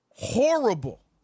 Horrible